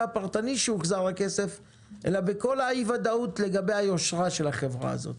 הפרטני שהוחזר הכסף אלא בכל האי-ודאות לגבי היושרה של החברה הזאת,